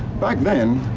back then,